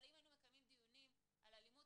אבל אם היינו מקיימים דיונים על אלימות